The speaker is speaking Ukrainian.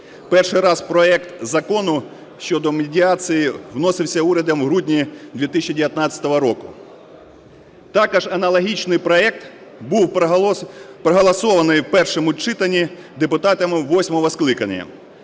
Перший раз проект Закону щодо медіації вносився урядом у грудні 2019 року. Також аналогічний проект був проголосований в першому читанні депутатами восьмого скликання.